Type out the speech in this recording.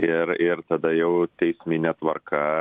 ir ir tada jau teismine tvarka